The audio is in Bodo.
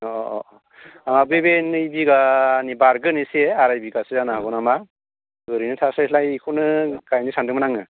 अह अह आहाबो बे नै बिघानि बारगोन एसे आराइ बिघासो जानो हागौ नामा ओरैनो थास्लाय स्लाय इखौनो गायनो सानदोंमोन आङो